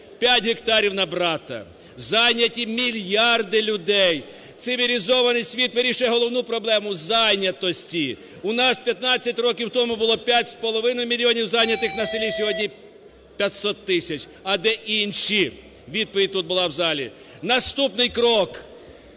5 гектарів на брата. Зайняті мільярди людей, цивілізований світ вирішує головну проблему – зайнятості. У нас 15 років тому було 5,5 мільйонів занятих на селі, сьогодні – 500 тисяч. А де інші? Відповідь тут була в залі. Наступний крок.